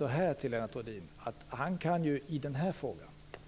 Jag vill till Lennart Rohdin säga att han i den här frågan kan